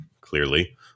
clearly